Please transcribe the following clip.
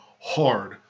hard